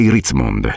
Ritzmond